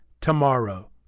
tomorrow